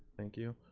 thank you.